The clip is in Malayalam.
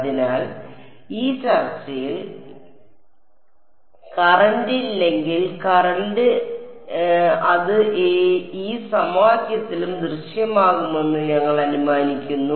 അതിനാൽ ഈ ചർച്ചയിൽ കറന്റ് ഇല്ലെങ്കിൽ കറന്റ് ഇല്ലെങ്കിൽ അത് ഈ സമവാക്യത്തിലും ദൃശ്യമാകുമെന്ന് ഞങ്ങൾ അനുമാനിക്കുന്നു